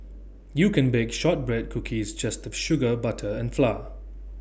you can bake Shortbread Cookies just with sugar butter and flour